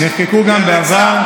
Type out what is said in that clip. נחקקו גם בעבר.